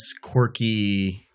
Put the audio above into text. quirky